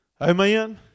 Amen